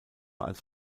als